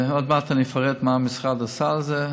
עוד מעט אני אפרט מה המשרד עשה על זה,